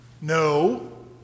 No